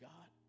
God